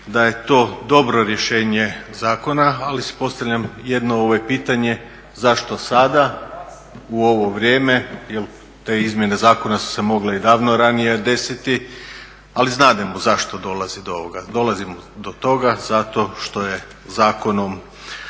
da je to dobro rješenje zakona, ali si postavljam jedno pitanje zašto sada u ovo vrijeme, jel te izmjene zakona su se mogle i davno ranije desiti. Ali znademo zašto dolazi do ovoga. Dolazimo do toga zato što je Zakonom